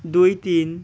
দুই তিন